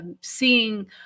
seeing